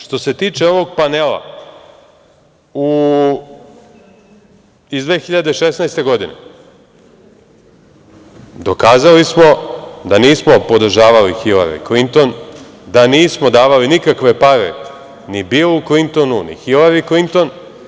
Što se tiče ovog panela iz 2016. godine, dokazali smo da nismo podržavali Hilari Klinton, da nismo davali nikakve pare ni Bilu Klintonu, ni Hilari Klinton.